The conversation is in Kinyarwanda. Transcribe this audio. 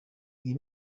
iyi